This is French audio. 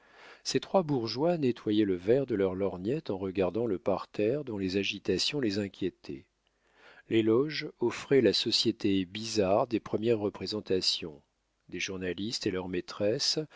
ces trois bourgeois nettoyaient le verre de leurs lorgnettes en regardant le parterre dont les agitations les inquiétaient les loges offraient la société bizarre des premières représentations des journalistes et leurs maîtresses